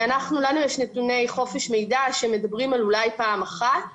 לנו יש נתוני חופש מידע שמדברים על אולי פעם אחת